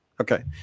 Okay